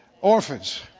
orphans